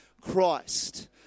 Christ